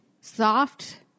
soft-